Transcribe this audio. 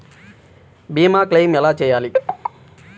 భీమ క్లెయిం ఎలా చేయాలి?